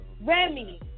Remy